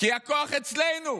כי הכוח אצלנו.